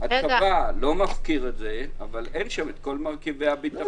הצבא לא מפקיר אבל אין שם את כל מרכיבי הביטחון.